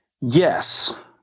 Yes